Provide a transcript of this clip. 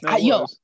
yo